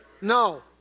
no